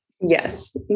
Yes